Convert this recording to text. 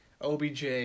OBJ